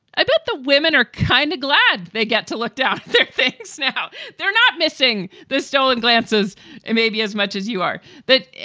i bet the women are kind of glad they get to look down, think things. now, they're not missing this stolen glances and maybe as much as you are that,